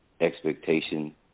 expectation